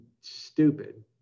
stupid